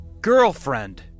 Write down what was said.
girlfriend